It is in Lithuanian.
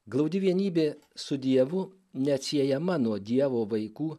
glaudi vienybė su dievu neatsiejama nuo dievo vaikų